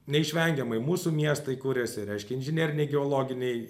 neišvengiamai mūsų miestai kuriasi reiškia inžineriniai geologiniai